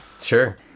Sure